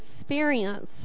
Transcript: experience